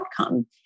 outcome